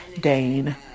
Dane